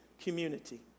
community